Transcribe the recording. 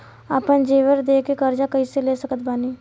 आपन जेवर दे के कर्जा कइसे ले सकत बानी?